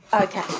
okay